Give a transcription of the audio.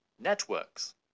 networks